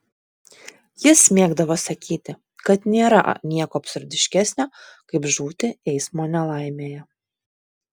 jis mėgdavo sakyti kad nėra nieko absurdiškesnio kaip žūti eismo nelaimėje